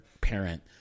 parent